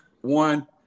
one